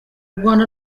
rwanda